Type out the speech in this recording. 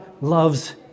loves